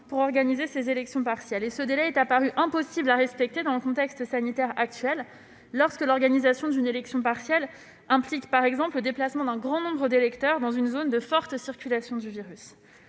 pour organiser ces élections partielles. Un tel délai est apparu impossible à respecter dans le contexte sanitaire actuel, lorsque l'organisation d'une élection partielle implique, par exemple, le déplacement d'un grand nombre d'électeurs dans une zone de forte circulation du virus.